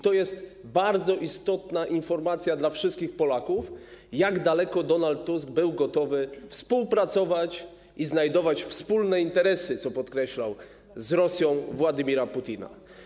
To jest bardzo istotna informacja dla wszystkich Polaków, jak daleko był gotowy współpracować i znajdować wspólne interesy, co podkreślał, z Rosją Władimira Putina.